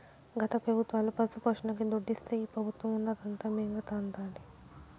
గత పెబుత్వాలు పశుపోషణకి దుడ్డిస్తే ఈ పెబుత్వం ఉన్నదంతా మింగతండాది